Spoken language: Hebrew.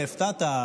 הפתעת,